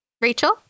Rachel